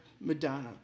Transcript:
Madonna